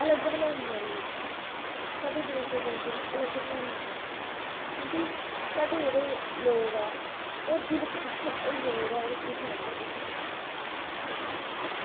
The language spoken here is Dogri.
अलग बनांदियां न दुएं कोला साढ़े देश दे व्यंजन गी अलग बनांदियां क्योंकि साढ़े जेह्के लोग ऐ ओह् दिल खुश होइयै जेह्ड़े ऐ रुट्टी खलांदे कुसै गी